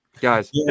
guys